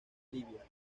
libia